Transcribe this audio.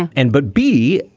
and but b.